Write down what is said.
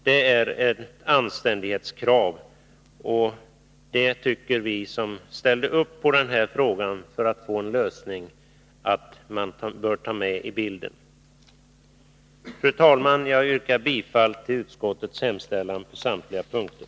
Det är ett anständighetskrav, och det tycker vi, som ställde upp på den här frågan för att få en lösning, att man bör ta med i bilden. Fru talman! Jag yrkar bifall till utskottets hemställan på samtliga punkter.